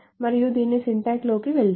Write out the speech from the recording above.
మరియు దీని సింటాక్స్ లోకి వెల్దాము